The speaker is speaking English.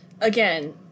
Again